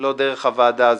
לא דרך הוועדה הזו.